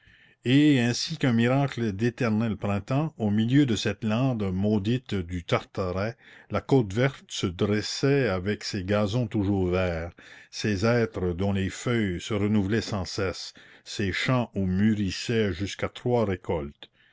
et ainsi qu'un miracle d'éternel printemps au milieu de cette lande maudite du tartaret la côte verte se dressait avec ses gazons toujours verts ses hêtres dont les feuilles se renouvelaient sans cesse ses champs où mûrissaient jusqu'à trois récoltes